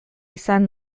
izan